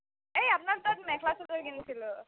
এই আপনাৰ তাত মেখলা চাদৰ কিন্ছিলোঁ